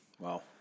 Wow